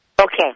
Okay